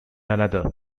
another